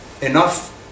enough